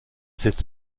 cette